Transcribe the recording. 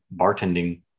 bartending